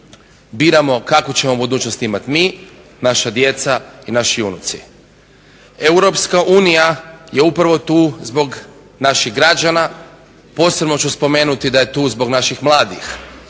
biramo kakvu ćemo budućnost imati mi, naša djeca i naši unuci. Europska unija je upravo tu zbog naših građana. Posebno ću spomenuti da je tu zbog naših mladih.